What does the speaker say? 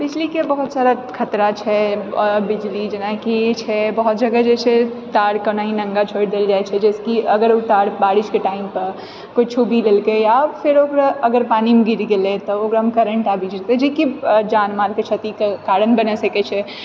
बिजलीके बहुत सारा खतरा छै आओर बिजली जेनाकि छै बहुत जगह जे छै तारके ओनाही नङ्गा छोड़ि देल जाइ छै जैसे कि उ तार बारिशके टाइमपर कोइ छू भी देलकै आब फेरो ओकरो पानिमे गिरी गेलै तऽ ओकरामे करेन्ट आबै छै होइ छै कि जान मालके क्षतिके कारण बनी सकै छै